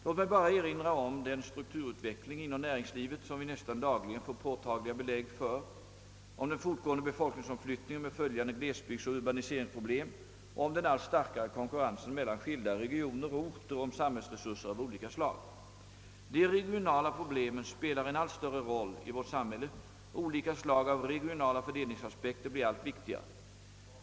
Låt mig bara erinra om den strukturutveckling inom näringslivet som vi nästan dagligen får påtagliga belägg för, om den fortgående befolkningsomflyttningen med följande glesbygdsoch urbaniseringsproblem och om den allt starkare konkurrensen mellan skilda regioner och orter om samhällsresurser av olika slag. De regionala problemen spelar en allt större roll i vårt samhälle och olika slag av regionala fördelningsaspekter blir allt viktigare.